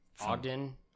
ogden